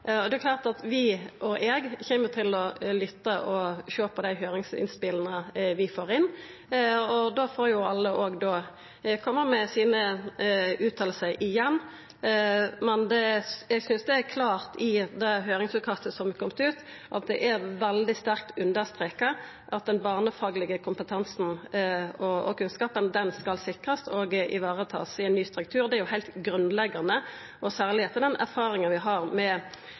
Det er klart at vi – og eg – kjem til å lytta og sjå på dei høyringsinnspela vi får inn, og då får alle òg igjen koma med fråsegnene sine. Men i det høyringsutkastet som er kome ut, synest eg heilt klart at det er veldig sterkt understreka at den barnefaglege kompetansen og kunnskapen skal sikrast og takast vare på i ein ny struktur. Det er heilt grunnleggjande, og særleg etter den erfaringa vi har med